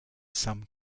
some